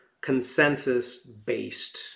consensus-based